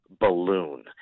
balloon